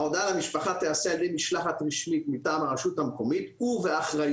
ההודעה למשפחה תיעשה על ידי משלחת רשמית מטעם הרשות המקומית ובאחריותה,